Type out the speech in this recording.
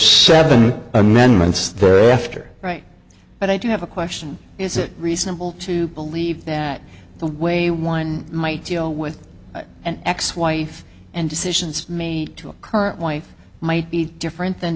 seventy amendments thereafter right but i do have a question is it reasonable to believe that the way one might deal with an ex wife and decisions made to a current wife might be different than